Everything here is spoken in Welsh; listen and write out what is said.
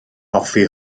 hoffi